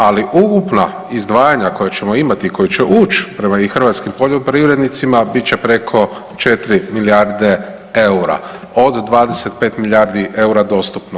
Ali ukupna izdvajanja … koja ćemo imati i koja će ući prema i hrvatskim poljoprivrednicima, bit će preko 4 milijarde eura od 25 milijardi eura dostupno.